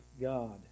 God